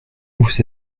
vous